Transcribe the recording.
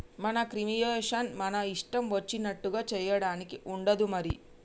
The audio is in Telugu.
మనీ క్రియేషన్ మన ఇష్టం వచ్చినట్లుగా చేయడానికి ఉండదు మరి